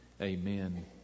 Amen